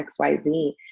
XYZ